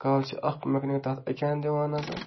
کالہٕ چھِ اَکھ مٮ۪کنِک تَتھ اَکہِ اَنٛدِ دِوان نظر